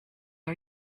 are